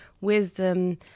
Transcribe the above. wisdom